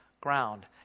ground